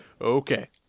Okay